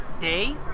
day